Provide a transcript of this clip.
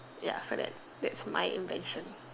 ya like that that's my invention